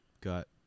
got